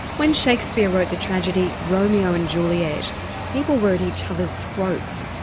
when shakespeare wrote the tragedy romeo and juliet people were at each others' throats,